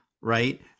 right